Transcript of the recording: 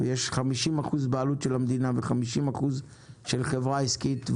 ויש 50 אחוזים בעלות של המדינה ו-50 אחוזים של חברה עסקית.